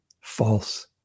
false